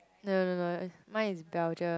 no no no mine is Belgium